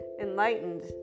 enlightened